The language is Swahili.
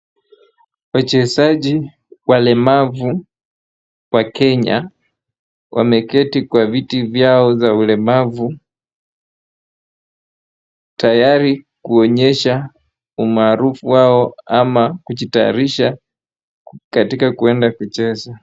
Wachezaji walemavu wa Kenya, wameketi kwa vita zao vya ulemavu, tayari kuonyesha umaarufu wao ama kujitayarisha katika kuenda kucheza.